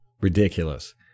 Ridiculous